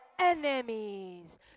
enemies